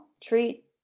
treat